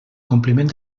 compliment